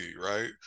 right